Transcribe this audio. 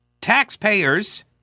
taxpayers